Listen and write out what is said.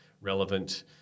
relevant